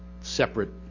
separate